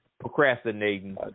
procrastinating